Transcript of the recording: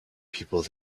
people